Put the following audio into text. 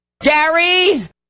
Gary